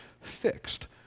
fixed